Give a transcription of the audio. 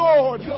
Lord